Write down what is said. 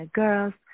girls